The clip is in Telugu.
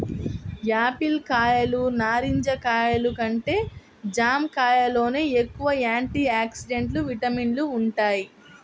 యాపిల్ కాయలు, నారింజ కాయలు కంటే జాంకాయల్లోనే ఎక్కువ యాంటీ ఆక్సిడెంట్లు, విటమిన్లు వుంటయ్